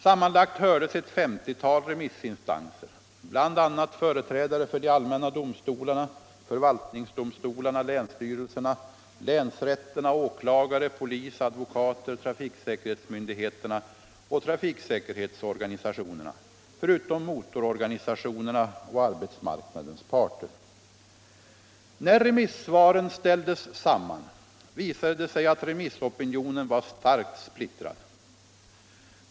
Sammanlagt hördes ett femtiotal remissinstanser, bl.a. företrädare för de allmänna domstolarna, förvaltningsdomstolarna, länsstyrelserna, länsrätterna, åklagare, polis, advokater, trafiksäkerhetsmyndigheterna och trafiksäkerhetsorganisationerna, förutom motororganisationerna och arbetsmarknadens parter. När remissvaren ställdes samman visade det sig att remissopinionen var starkt splittrad.